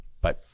Bye